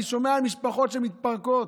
אני שומע על משפחות שמתפרקות.